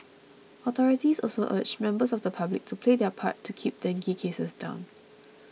authorities also urged members of the public to play their part to keep dengue cases down